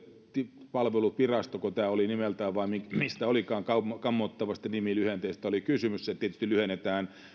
väestöpalveluvirasto sekö tämä oli nimeltään vai mistä kammottavasta nimestä olikaan kysymys ja se tietysti lyhennetään